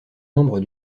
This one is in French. membres